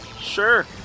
sure